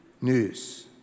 news